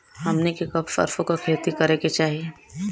हमनी के कब सरसो क खेती करे के चाही?